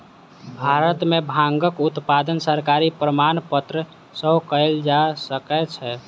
भारत में भांगक उत्पादन सरकारी प्रमाणपत्र सॅ कयल जा सकै छै